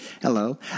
Hello